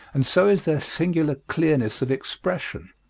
and so is their singular clearness of expression.